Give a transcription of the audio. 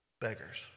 beggars